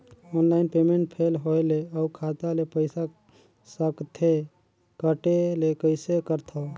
Online payment fail होय ले अउ खाता ले पईसा सकथे कटे ले कइसे करथव?